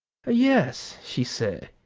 yes, she said,